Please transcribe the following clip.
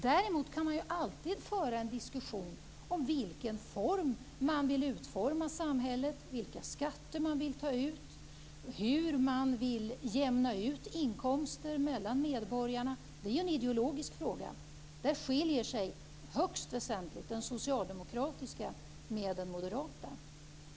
Däremot kan man alltid föra en diskussion om hur man vill utforma samhället, vilka skatter man vill ta ut och hur man vill jämna ut inkomster mellan medborgarna. Det är en ideologisk fråga. Där skiljer sig högst väsentligt den socialdemokratiska ideologin från den moderata.